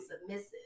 submissive